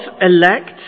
elect